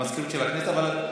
המזכירות של הכנסת.